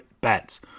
Bets